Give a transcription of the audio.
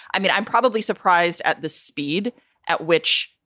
i mean, i'm probably surprised at the speed at which.